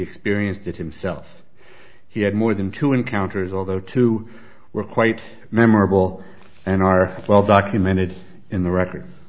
experienced it himself he had more than two encounters although two were quite memorable and are well documented in the records